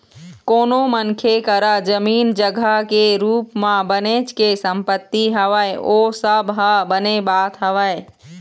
कोनो मनखे करा जमीन जघा के रुप म बनेच के संपत्ति हवय ओ सब ह बने बात हवय